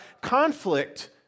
conflict